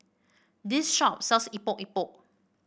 this shop sells Epok Epok